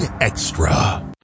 Extra